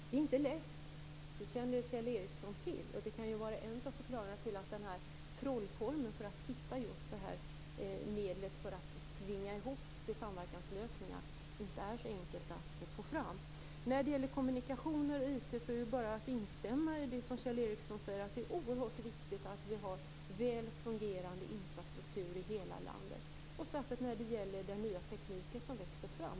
Det är inte lätt. Det känner Kjell Ericsson till. Det kan vara en av förklaringarna till att trollformeln - medlet som tvingar fram samverkanslösningar - inte är så enkel att få fram. När det gäller kommunikationer och IT är det bara att instämma i det som Kjell Ericsson säger. Det är oerhört viktigt att vi har väl fungerande infrastruktur i hela landet, särskilt när det gäller den nya teknik som växer fram.